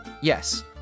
yes